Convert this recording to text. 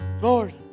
Lord